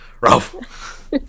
Ralph